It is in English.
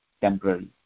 temporary